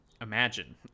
imagine